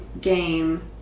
game